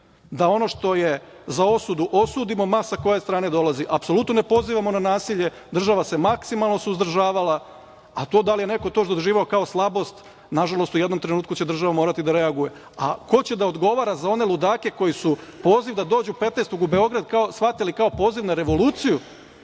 da ono što je za osudu osudimo, ma sa koje strane dolazi. Apsolutno ne pozivamo na nasilje. Država se maksimalno suzdržavala, a to da li je neko doživeo kao slabost, nažalost, u jednom trenutku će država morati da reaguje, a ko će da odgovara za one ludake koji su poziv da dođu 15. u Beograd shvatili kao poziv na revoluciju,